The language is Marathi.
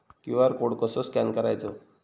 क्यू.आर कोड कसो स्कॅन करायचो?